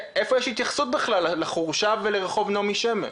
איפה יש התייחסות בכלל לחורשה ולרחוב נעמי שמר?